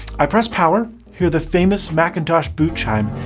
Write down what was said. i press power, hear the famous macintosh boot chime,